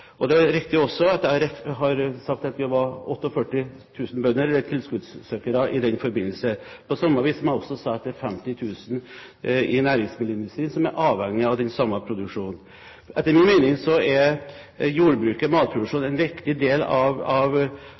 Det er også riktig at jeg sa i den forbindelse at det var 48 000 bønder, eller tilskuddssøkere, på samme vis som jeg sa at det er 50 000 i næringsmiddelindustrien som er avhengige av den samme produksjonen. Etter min mening er matproduksjonen en viktig del av en total verdikjede for mat, en av